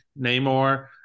Namor